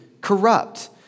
corrupt